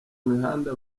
mihanda